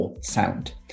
sound